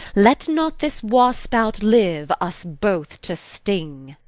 let not this wasp outlive, us both to sting.